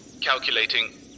Calculating